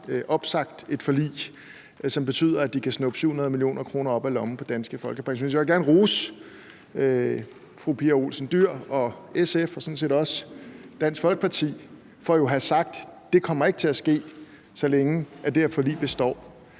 opsagt et forlig, hvilket betyder, at de kan snuppe 700 mio. kr. op af lommen på danske folkepensionister. Jeg vil gerne rose fru Pia Olsen Dyhr og SF og sådan set også Dansk Folkeparti for at have sagt: Det kommer ikke til at ske, så længe det her forlig består.